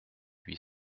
huit